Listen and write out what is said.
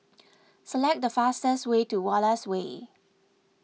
select the fastest way to Wallace Way